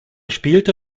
spielte